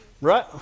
right